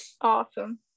Awesome